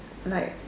like